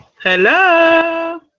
Hello